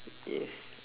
yes